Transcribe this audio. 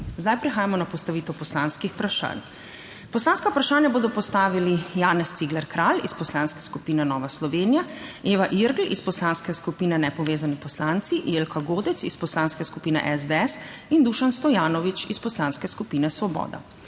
Zdaj prehajamo na postavitev poslanskih vprašanj. Poslanska vprašanja bodo postavili: Janez Cigler Kralj iz Poslanske skupine Nova Slovenija, Eva Irgl iz Poslanske skupine Nepovezani poslanci, Jelka Godec iz Poslanske skupine SDS in Dušan Stojanovič iz Poslanske skupine Svoboda.